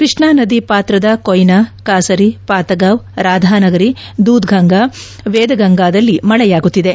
ಕೃಷ್ಣಾ ನದಿ ಪಾತ್ರದ ಕೊಯ್ನಾ ಕಾಸರಿ ಪಾತಗಾವ್ ರಾಧಾನಗರಿ ದೂಧ್ ಗಂಗಾ ವೇದಗಂಗಾದ್ಲಲಿ ಮಳೆಯಾಗುತ್ತಿದೆ